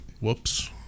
Whoops